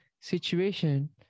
situation